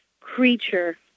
creature